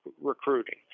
recruiting